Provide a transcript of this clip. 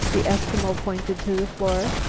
the eskimo pointed to the floor.